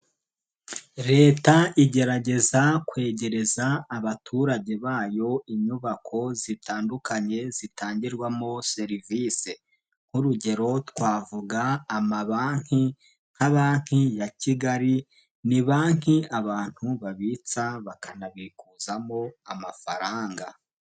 Leta igerageza kwegereza abaturage bayo inyubako zitandukanye zitangirwamo serivisi, nk'urugero twavuga, ama banki nka banki ya Kigali ni banki abantu babitsa bakanabikuzamo amafaranga.